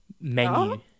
menu